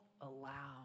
allow